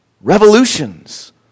revolutions